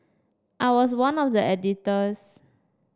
I was one of the editors